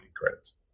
credits